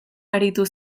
aritu